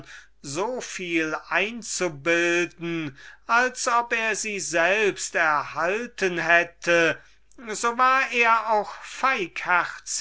so viel einzubilden als ob er sie selbst erhalten hätte so war er doch auch